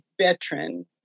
veteran